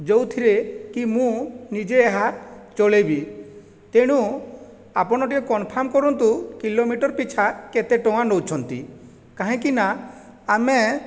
ଯେଉଁଥିରେ କି ମୁଁ ନିଜେ ଏହା ଚଳେଇବି ତେଣୁ ଆପଣ ଟିକେ କୋଂନଫର୍ମ କରନ୍ତୁ କିଲୋମିଟର ପିଛା କେତେ ଟଙ୍କା ନେଉଛନ୍ତି କାହିଁକିନା ଆମେ